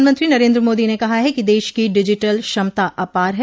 प्रधानमंत्री नरेंद्र मोदी ने कहा है कि देश की डिजिटल क्षमता अपार है